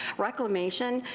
reclamation,